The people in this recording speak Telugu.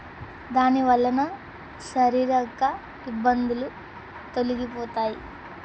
దానివలన శారీరక ఇబ్బందులు తొలగిపోతాయి